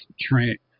Trent